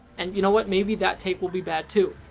and, you know what, maybe that take will be bad too,